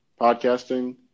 podcasting